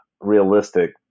realistic